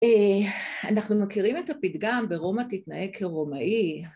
אנחנו מכירים את הפתגם ברומא תתנהג כרומאי